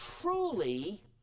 truly